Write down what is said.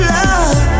love